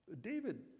David